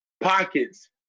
pockets